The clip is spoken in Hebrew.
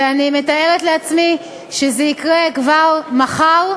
ואני מתארת לעצמי שזה יקרה כבר מחר,